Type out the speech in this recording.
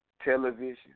television